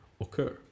occur